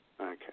Okay